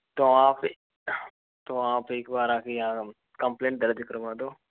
तो आप तो आप एक बार आके यहाँ कंप्लेन दर्ज करवा दो